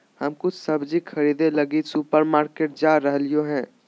हम कुछ सब्जि खरीदे लगी सुपरमार्केट जा रहलियो हें